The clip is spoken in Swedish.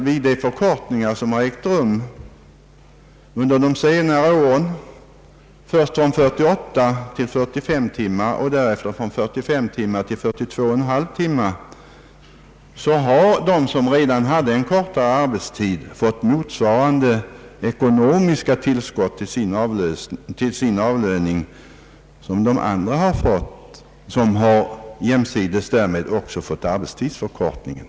Vid de förkortningar som ägt rum under senare år — först från 48 till 45 timmar och därefter från 45 till 42,5 timmar — har nämligen de som redan hade en kortare arbetstid fått motsvarande ekonomiska tillskott till sin avlöning som andra grupper fått jämsides med arbetstidsförkortningen.